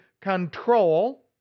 control